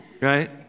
Right